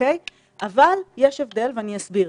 אבל יש הבדל, ואסביר.